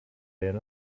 den